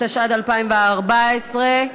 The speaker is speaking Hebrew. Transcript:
התשע"ד 2014,